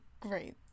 great